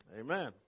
Amen